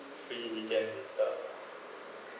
free redeem itself